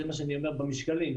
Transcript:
במשקלים.